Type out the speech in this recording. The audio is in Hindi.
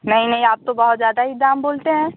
नहीं नहीं आप तो बहुत ज़्यादा ही दाम बोलते हैं